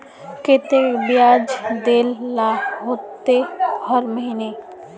केते बियाज देल ला होते हर महीने?